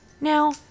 Now